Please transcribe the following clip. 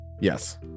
Yes